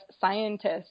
scientists